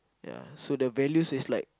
ya so the values is like